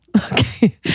Okay